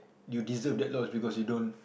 you deserve that loss because you don't